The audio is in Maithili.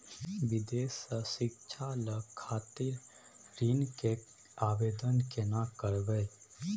विदेश से शिक्षा लय खातिर ऋण के आवदेन केना करबे?